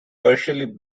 partially